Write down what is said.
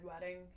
Wedding